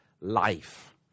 life